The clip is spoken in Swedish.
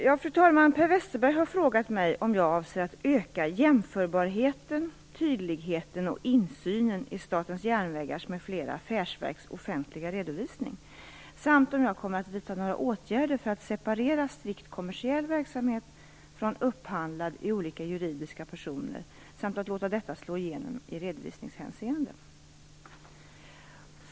Fru talman! Per Westerberg har frågat mig om jag avser att öka jämförbarheten, tydligheten och insynen i Statens järnvägars m.fl. affärsverks offentliga redovisning och om jag kommer att vidta några åtgärder för att separera strikt kommersiell verksamhet från upphandlad i olika juridiska personer samt låta detta slå igenom i redovisningshänseende.